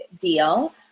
deal